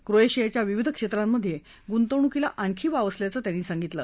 क्रोएशियाच्या विविध क्षेत्रांमध्ये गुंतवणुकीला आणखी वाव असल्याचं त्यांनी सांगितलं